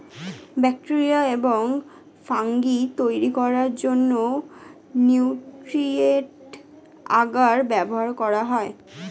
bacteria এবং fungi তৈরি করার জন্য নিউট্রিয়েন্ট আগার ব্যবহার করা হয়